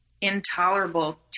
intolerable